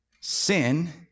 Sin